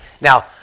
Now